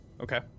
okay